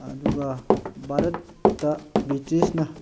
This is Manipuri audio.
ꯑꯗꯨꯒ ꯚꯥꯔꯠꯇ ꯕ꯭ꯔꯤꯇꯤꯁꯅ